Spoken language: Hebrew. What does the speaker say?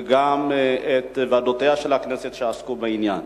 וגם לוועדותיה של הכנסת שעסקו בעניין.